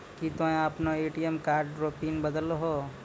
की तोय आपनो ATM card रो पिन बदलहो